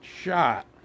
shot